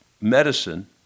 medicine